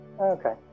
Okay